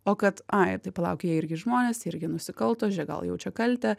o kad ai tai palauk jie irgi žmonės irgi nusikalto žiūrėk gal jaučia kaltę